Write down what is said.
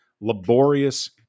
laborious